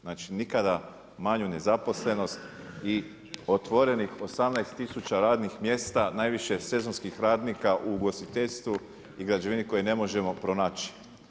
Znači nikada manju nezaposlenost i otvorenih 18 tisuća radnih mjesta, najviše sezonskih radnika u ugostiteljstvu i građevini koje ne možemo pronaći.